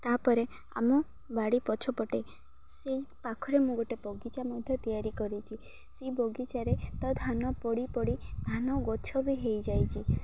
ତା'ପରେ ଆମ ବାଡ଼ି ପଛପଟେ ସେଇ ପାଖରେ ମୁଁ ଗୋଟେ ବଗିଚା ମଧ୍ୟ ତିଆରି କରିଛି ସେଇ ବଗିଚାରେ ତ ଧାନ ପଡ଼ି ପଡ଼ି ଧାନ ଗଛ ବି ହେଇଯାଇଛି